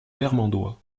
vermandois